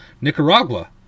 Nicaragua